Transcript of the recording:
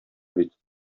бит